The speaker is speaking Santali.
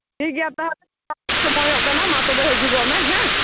ᱴᱷᱤᱠᱜᱮᱭᱟ ᱛᱟᱦᱚᱞᱮ ᱛᱤᱥᱮᱢ ᱥᱚᱢᱚᱭᱚᱜ ᱠᱟᱱᱟ ᱢᱟ ᱛᱚᱵᱮ ᱦᱤᱡᱩᱜᱚᱜ ᱢᱮ ᱦᱮᱸ